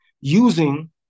using